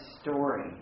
story